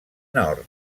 nord